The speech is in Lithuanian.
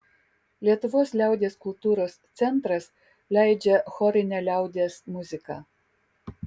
lietuvos liaudies kultūros centras leidžia chorinę liaudies muziką